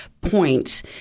point